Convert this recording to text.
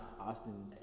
Austin